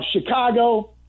Chicago